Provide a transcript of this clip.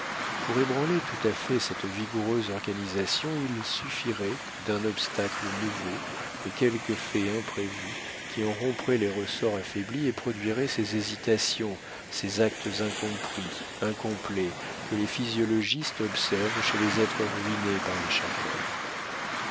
pour ébranler tout à fait cette vigoureuse organisation il suffirait d'un obstacle nouveau de quelque fait imprévu qui en romprait les ressorts affaiblis et produirait ces hésitations ces actes incompris incomplets que les physiologistes observent chez les êtres ruinés par les chagrins